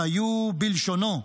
שהיו, בלשונו,